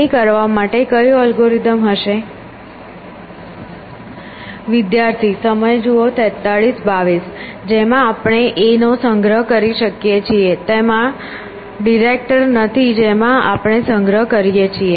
તે કરવા માટે કયો અલ્ગોરિધમ હશે જેમાં આપણે a નો સંગ્રહ કરી શકીએ છીએ તેમાં ડિરેક્ટર નથી જેમાં આપણે સંગ્રહ કરી શકીએ